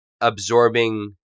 absorbing